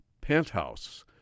Penthouse